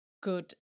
good